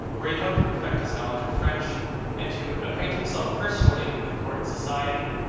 where he hoped to perfect his knowledge of french and to acquaint himself personally with court society.